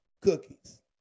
cookies